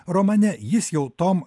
romane jis jau tom